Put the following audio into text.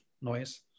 noise